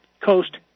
Coast